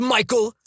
Michael